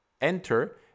enter